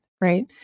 right